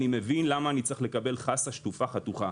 אני מבין למה אני צריך לקבל חסה שטופה חתוכה.